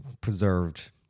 preserved